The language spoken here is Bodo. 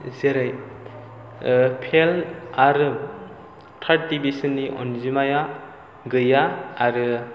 जेरै फेल आरो थार्ड डिभिसननि अनजिमाया गैया आरो